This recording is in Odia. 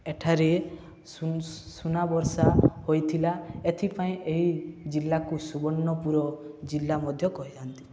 ଏଠାରେ ସୁନା ବର୍ଷା ହୋଇଥିଲା ଏଥିପାଇଁ ଏହି ଜିଲ୍ଲାକୁ ସୁବର୍ଣ୍ଣପୁର ଜିଲ୍ଲା ମଧ୍ୟ କହିଥାନ୍ତି